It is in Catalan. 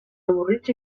avorrits